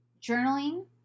journaling